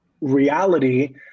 reality